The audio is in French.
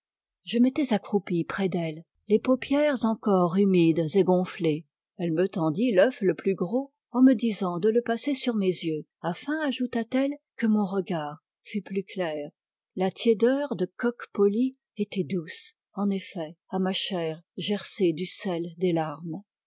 je m'étais accroupi près d'elle les paupières encore humides et gonflées elle me tendit l'œuf le plus gros en me disant de le passer sur mes yeux afin ajouta-t-elle que mon regard fût plus clair la tiédeur de coque polie était douce en effet à ma chair gercée du sel des larmes